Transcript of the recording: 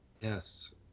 Yes